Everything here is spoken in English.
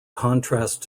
contrast